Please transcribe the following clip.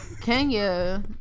Kenya